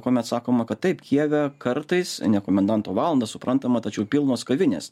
kuomet sakoma kad taip kijeve kartais ne komendanto valandą suprantama tačiau pilnos kavinės